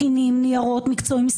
מכינים ניירות מקצועיים,